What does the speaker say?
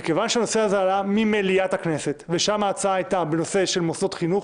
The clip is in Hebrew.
מכיוון שהנושא עלה ממליאת הכנסת ושם ההצעה הייתה בנושא של מוסדות חינוך,